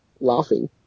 laughing